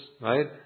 right